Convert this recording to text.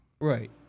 Right